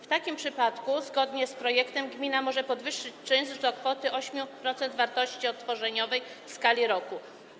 W takim przypadku zgodnie z projektem gmina może podwyższyć czynsz do kwoty 8% wartości odtworzeniowej w skali roku.